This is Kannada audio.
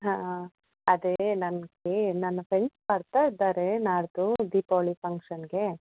ಹಾಂ ಅದೇ ನನ್ಗೆ ನನ್ನ ಫ್ರೆಂಡ್ಸ್ ಬರ್ತಾ ಇದ್ದಾರೆ ನಾಡಿದ್ದು ದೀಪಾವಳಿ ಫಂಕ್ಷನ್ನಿಗೆ